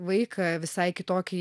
vaiką visai kitokį